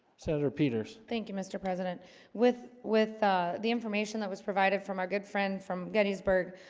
senator peters thank you mr. president with with the information that was provided from our good friend from gettysburg